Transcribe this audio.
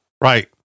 Right